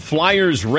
Flyers